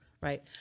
Right